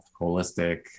holistic